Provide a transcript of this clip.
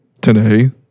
today